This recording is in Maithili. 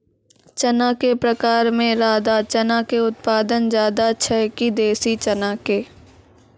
चना के प्रकार मे राधा चना के उत्पादन ज्यादा छै कि देसी चना के?